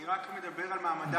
אני רק מדבר על מעמדן של הנשים.